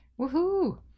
Woohoo